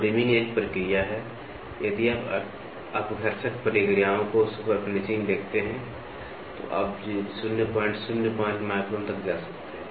तो रीमिंग एक प्रक्रिया है अब यदि आप अपघर्षक प्रक्रियाओं को सुपरफिनिशिंग देखते हैं तो आप 005 माइक्रोन तक जा सकते हैं